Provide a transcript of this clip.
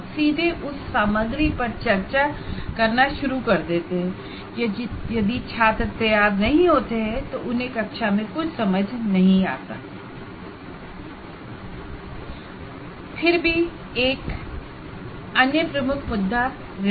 सीधे उस पर अधारित चर्चा शुरू कर देते हैं और यदि छात्र तैयार नहीं होते हैं तो उन्हें कक्षा में कुछ समझ नहीं आ पाता